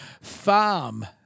Farm